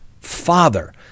father